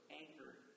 anchored